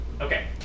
Okay